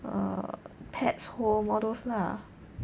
err pets home all those lah